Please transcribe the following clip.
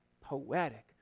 poetic